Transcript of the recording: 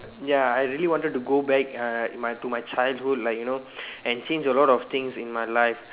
ya I really wanted to go back uh my to my to my childhood like you know and change a lot of things in my life